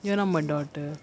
you're not my daughter